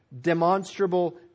demonstrable